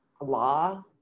law